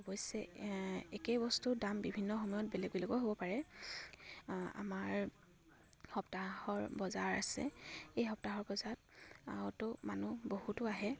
অৱশ্যে একেই বস্তুৰ দাম বিভিন্ন সময়ত বেলেগ বেলেগো হ'ব পাৰে আমাৰ সপ্তাহৰ বজাৰ আছে এই সপ্তাহৰ বজাৰত মানুহ বহুতো আহে